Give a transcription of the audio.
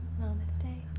Namaste